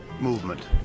movement